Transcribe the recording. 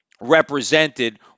represented